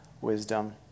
wisdom